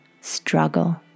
struggle